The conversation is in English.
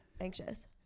anxious